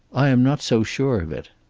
i am not so sure of it.